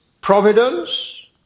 Providence